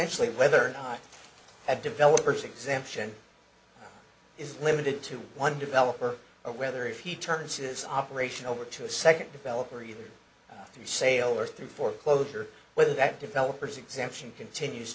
essentially whether or not a developers exemption is limited to one developer or whether if he turns his operation over to a second developer either the sale or through foreclosure whether that developers exemption continues